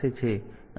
અહીં 0